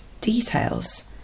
details